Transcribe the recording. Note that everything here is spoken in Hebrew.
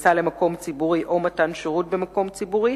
כניסה למקום ציבורי או מתן שירות במקום ציבורי,